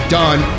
done